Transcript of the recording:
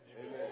Amen